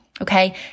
okay